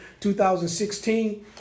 2016